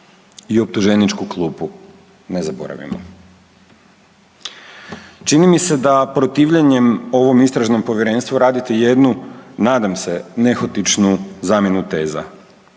i optuženičku klupu, ne zaboravimo. Čini mi se da protivljenje ovom istražnom povjerenstvu radite jednu nadam se nehotičnu zamjenu teza.